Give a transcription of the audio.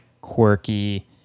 quirky